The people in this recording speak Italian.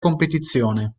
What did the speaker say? competizione